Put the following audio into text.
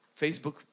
Facebook